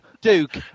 Duke